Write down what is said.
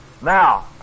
Now